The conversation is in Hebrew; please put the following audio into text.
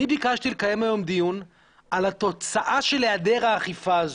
אני בקשתי לנהל היום דיון על התוצאה של העדר האכיפה הזו,